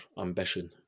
ambition